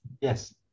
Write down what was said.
Yes